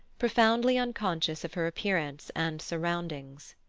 profoundly unconscious of her appearance and surroundings.